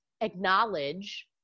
acknowledge